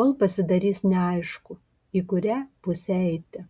kol pasidarys neaišku į kurią pusę eiti